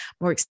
more